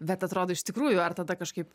bet atrodo iš tikrųjų ar tada kažkaip